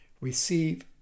receive